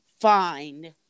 find